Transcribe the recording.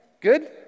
Good